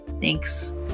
Thanks